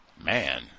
man